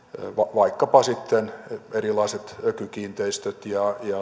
vaikkapa sitten erilaiset ökykiinteistöt ja